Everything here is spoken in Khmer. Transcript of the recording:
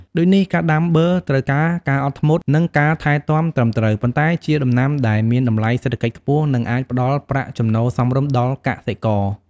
ដូចនេះ ការដាំបឺរត្រូវការការអត់ធ្មត់ និងការថែទាំត្រឹមត្រូវ ប៉ុន្តែជាដំណាំដែលមានតម្លៃសេដ្ឋកិច្ចខ្ពស់ និងអាចផ្ដល់ប្រាក់ចំណូលសមរម្យដល់កសិករ។